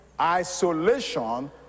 Isolation